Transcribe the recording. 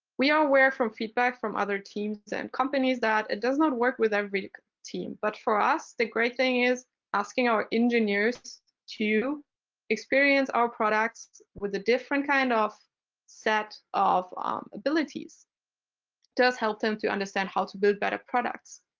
we are aware from feedback from other teams and companies that it does not work with every team, but for us the great thing is asking our engineers to experience our products with a different kind of set of um abilities. it does help them to understand how to build better products.